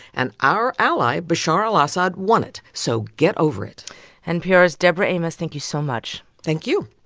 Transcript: and our ally bashar al-assad won it, so get over it npr's deborah amos, thank you so much thank you